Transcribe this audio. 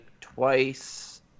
twice